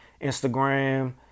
Instagram